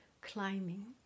climbing